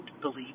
believe